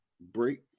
break